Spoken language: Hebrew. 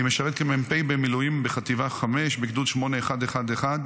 אני משרת כמ"פ במילואים בחטיבה 5 בגדוד 8111,